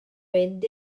fynd